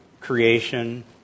creation